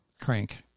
Crank